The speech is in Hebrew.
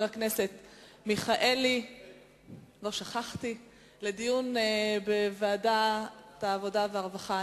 הכנסת מיכאלי לדיון בוועדת העבודה והרווחה.